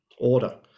order